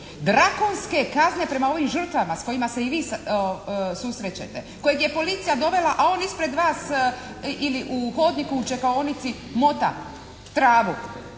Drakonske kazne prema ovim žrtvama s kojima se i vi susrećete, kojeg je policija dovela a on ispred vas ili u hodniku u čekaonici mota travu.